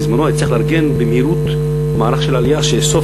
בזמנו הייתי צריך לארגן במהירות מערך של עלייה שיאסוף